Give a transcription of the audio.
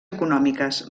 econòmiques